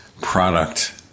product